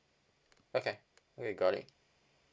okay okay got it